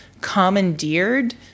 commandeered